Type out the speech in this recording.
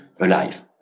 alive